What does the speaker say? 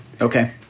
Okay